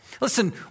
Listen